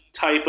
type